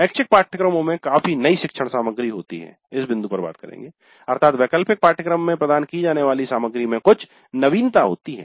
ऐच्छिक पाठ्यक्रम में काफी नई शिक्षण सामग्री होती है इस बिंदु पर बात करेंगे अर्थात वैकल्पिक पाठ्यक्रम में प्रदान की जाने वाली सामग्री में कुछ नवीनता होती है